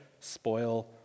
spoil